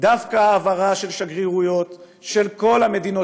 דווקא ההעברות של השגרירויות של כל המדינות